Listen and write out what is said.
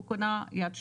הוא קנה יד שנייה.